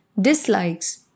dislikes